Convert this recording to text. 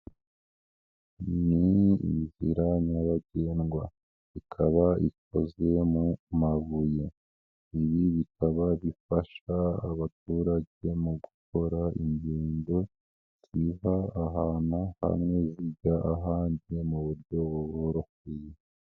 Ni inzira nyabagendwa ikaba ikozwe mu mabuye, ibi bikaba bifasha abaturage mu gukora ingendo ziva ahantu hamwe zijya ahandi mu buryo buboroheye.